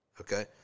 Okay